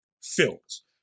films